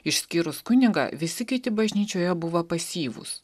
išskyrus kunigą visi kiti bažnyčioje buvo pasyvūs